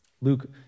Luke